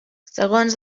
segons